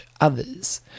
others